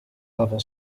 level